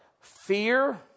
fear